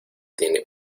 tiene